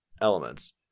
elements